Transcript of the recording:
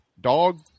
dog